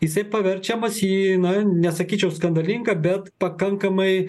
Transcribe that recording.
jisai paverčiamas į na nesakyčiau skandalingą bet pakankamai